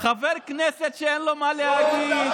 חבר כנסת שאין לו מה להגיד,